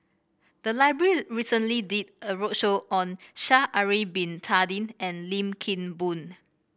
the library recently did a roadshow on Sha'ari Bin Tadin and Lim Kim Boon